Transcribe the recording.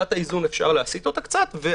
אפשר להסית קצת את נקודת האיזון,